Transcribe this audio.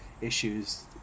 issues